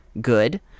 good